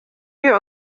wir